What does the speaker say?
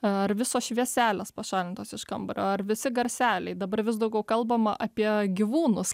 ar visos švieselės pašalintos iš kambario ar visi garseliai dabar vis daugiau kalbama apie gyvūnus